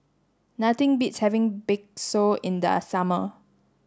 nothing beats having Bakso in the summer